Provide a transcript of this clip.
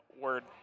word